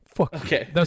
Okay